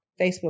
Facebook